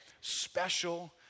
special